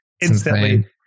instantly